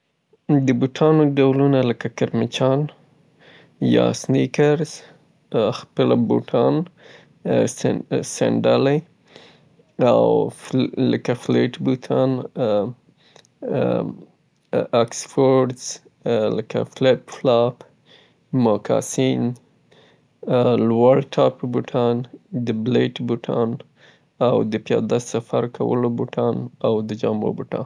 بوټان مختلف انواوې لري لکه نظامي بوټان شوه. هغه کسان چې په ساختمان کی کار کیی یا کانسترکشن کی کار کوي د هغو خپل سیفتي بوټان لري او همدارنګه سنیکرز شوه یا کرمچ شوه سلیپر بوټان شوه یا ساده بوټان شوه چې دفتري کارونو د پاره استفاده کیږي او سنډلې شوې.